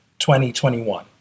2021